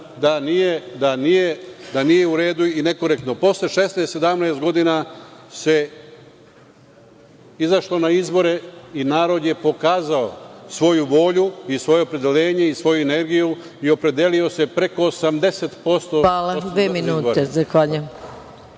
da nije u redu i da je nekorektno, posle 16, 17 godina se izašlo na izbore i narod je pokazao svoju volju i svoje opredeljenje i svoju energiju i opredelio se preko 80% … **Maja Gojković** Hvala.